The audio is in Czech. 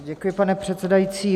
Děkuji, pane předsedající.